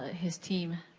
his team,